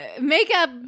Makeup